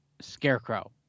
scarecrow